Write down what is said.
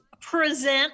present